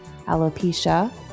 alopecia